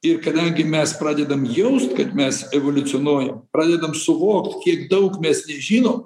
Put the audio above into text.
ir kadangi mes pradedam jaust kad mes evoliucionuojam pradedam suvokt kiek daug mes nežinom